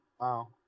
Wow